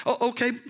Okay